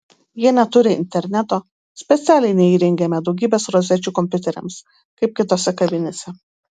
jie neturi interneto specialiai neįrengėme daugybės rozečių kompiuteriams kaip kitose kavinėse